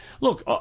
look